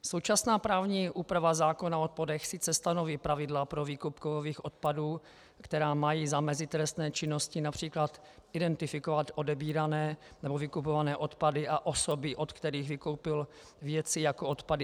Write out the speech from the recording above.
Současná právní úprava zákona o odpadech sice stanoví pravidla pro výkup kovových odpadů, která mají zamezit trestné činnosti, například identifikovat odebírané nebo vykupované odpady a osoby, od kterých vykoupil věci jako odpady, atd. atd.